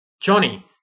Johnny